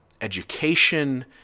education